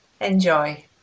Enjoy